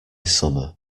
summer